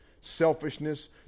selfishness